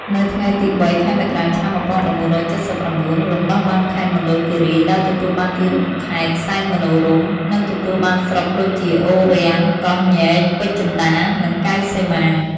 នៅថ្ងៃទី ០៣ ខែមករា ឆ្នាំ ១៩៧៩ រំដោះបានខេត្តមណ្ឌលគិរី ដោយទទួលបានទីរួមខេត្ត សែនមនោរម្យ និងទទួលបានស្រុកដូចជា អូររាំង កោះញែក ពេជ្រចិន្តា និងកែវសីមា។